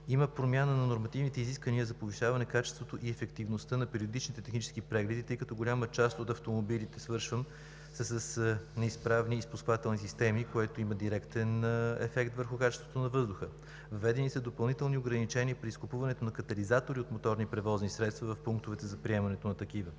Има промяна на нормативните изисквания за повишаване качеството и ефективността на периодичните технически прегледи, тъй като голяма част от автомобилите са с неизправни изпусквателни системи, което има директен ефект върху качеството на въздуха. (Председателят дава знак, че времето е изтекло.) Въведени са допълнителни ограничения при изкупуването на катализатори от моторни превозни средства в пунктовете за приемането на такива.